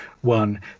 one